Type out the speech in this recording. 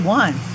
one